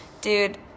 dude